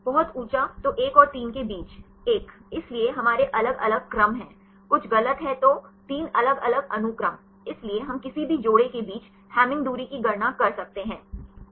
बहुत ऊँचा तो 1 और 3 के बीच 10 इसलिए हमारे अलग अलग क्रम हैं कुछ गलत है तो तीन अलग अलग अनुक्रम इसलिए हम किसी भी जोड़े के बीच हैमिंग दूरी की गणना कर सकते हैं